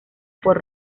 por